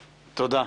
תודה.